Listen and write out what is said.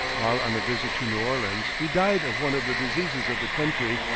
while on a visit to new orleans he died of one of the diseases of the country,